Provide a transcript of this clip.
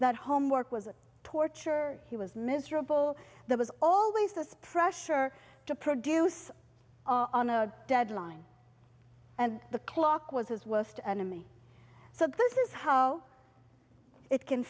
that homework was torture he was miserable there was always this pressure to produce on a deadline and the clock was his worst enemy so this is how it can